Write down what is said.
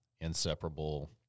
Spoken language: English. inseparable